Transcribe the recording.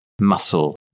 muscle